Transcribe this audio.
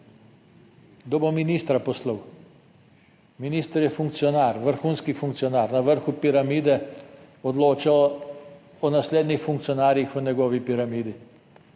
bo ministra poslal? Minister je funkcionar, vrhunski funkcionar na vrhu piramide odloča o naslednjih funkcionarjih v njegovi piramidi.